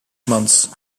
months